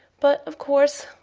but, of course,